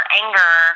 anger